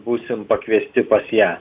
būsim pakviesti pas ją